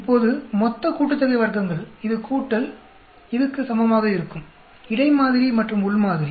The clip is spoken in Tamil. இப்போது மொத்த கூட்டுத்தொகை வர்க்கங்கள் இது கூட்டல் இதுக்கு சமமாக இருக்கும் இடை மாதிரி மற்றும் உள் மாதிரி